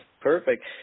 perfect